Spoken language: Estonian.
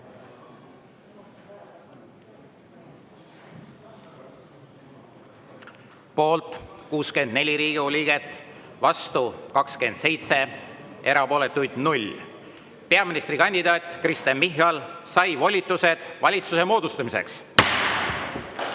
Poolt 64 Riigikogu liiget, vastu 27, erapooletuid 0. Peaministrikandidaat Kristen Michal sai volitused valitsuse moodustamiseks.